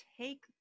take